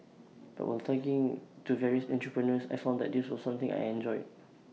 but while talking to various entrepreneurs I found that this was something I enjoyed